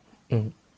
mm